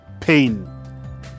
pain